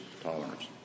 tolerance